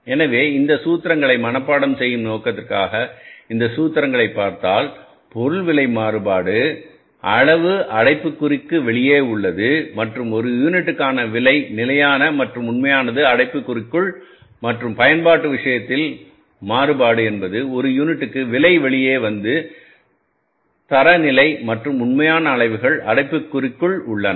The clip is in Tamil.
எனவே இந்த சூத்திரங்களை மனப்பாடம் செய்யும் நோக்கத்திற்காக இந்த சூத்திரத்தைப் பார்த்தால் பொருள் விலை மாறுபாடு அளவு அடைப்புக்குறிக்கு வெளியே உள்ளது மற்றும் ஒரு யூனிட்டிற்கான விலை நிலையான மற்றும் உண்மையானது அடைப்புக்குறிக்குள் மற்றும் பயன்பாடு விஷயத்தில் மாறுபாடு ஒரு யூனிட்டுக்கான விலை வெளியே வந்து தரநிலை மற்றும் உண்மையான அளவுகள் அடைப்புக்குறிக்குள் உள்ளன